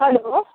hello